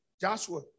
Joshua